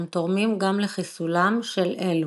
הם תורמים גם לחיסולם של אלו.